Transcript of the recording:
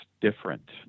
different